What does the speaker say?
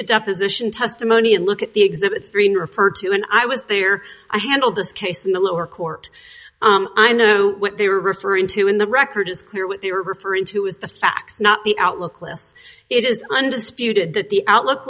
the deposition testimony and look at the exhibits being referred to when i was there i handled this case in the lower court i know what they were referring to in the record is clear what they were referring to was the facts not the outlook lists it is undisputed that the outlook